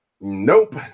nope